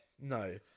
No